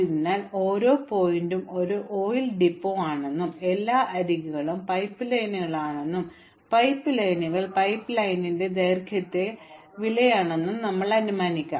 അതിനാൽ ഓരോ ശീർഷകവും ഒരു ഓയിൽ ഡിപ്പോ ആണെന്നും എല്ലാ അരികുകളും പൈപ്പ്ലൈനുകളാണെന്നും പൈപ്പ്ലൈനുകൾ പൈപ്പ്ലൈനിന്റെ ദൈർഘ്യത്തിന്റെ വിലയാണെന്നും നമുക്ക് അനുമാനിക്കാം